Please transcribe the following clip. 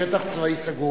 "שטח צבאי סגור".